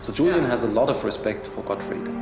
so julian has a lot of respect for gottfrid.